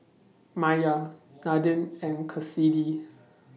Maiya Nadine and Kassidy